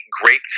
great